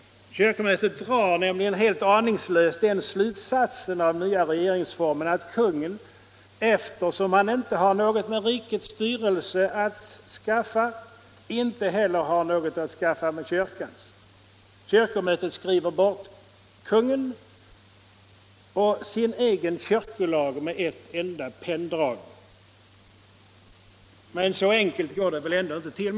Kyrkomötet drar nämligen helt aningslöst den slutsatsen av den nya regeringsformen att kungen, eftersom han inte har något med rikets styrelse att skaffa, inte heller har något att skaffa med kyrkans. Kyrkomötet skriver bort kungen och sin egen kyrkolag med ett enda penndrag. Men så enkelt går det väl ändå inte till.